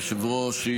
אדוני היושב-ראש,